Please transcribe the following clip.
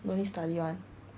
no need study [one]